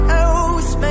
else